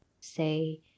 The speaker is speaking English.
say